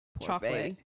chocolate